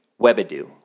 Webadoo